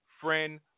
friend